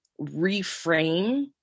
reframe